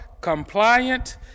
compliant